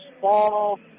fall